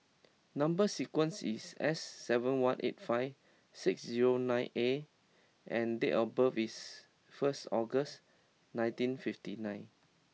number sequence is S seven one eight five six zero nine A and date of birth is first August nineteen fifty nine